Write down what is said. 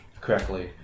correctly